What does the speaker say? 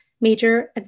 major